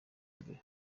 mbere